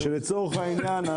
שלצורך העניין,